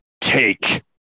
take